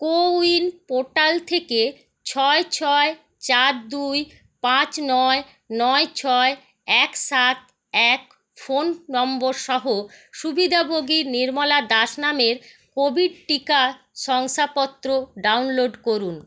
CoWIN portal থেকে ছয় ছয় চার দুই পাঁচ নয় নয় ছয় এক সাত এক ফোন নম্বর সহ সুবিধাভোগী নির্মলা দাস নামের কোভিড টিকা শংসাপত্র ডাউনলোড করুন